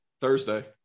Thursday